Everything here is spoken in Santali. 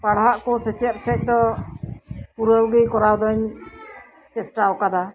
ᱯᱟᱲᱦᱟᱜ ᱠᱚ ᱥᱮᱪᱮᱫ ᱥᱮᱜ ᱫᱚ ᱯᱩᱨᱟᱹᱜᱮ ᱠᱚᱨᱟᱣ ᱫᱟᱹᱧ ᱪᱮᱥᱴᱟᱣ ᱠᱟᱫᱟ